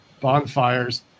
bonfires